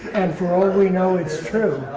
for all we know, it's true.